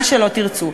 מה שלא תרצו.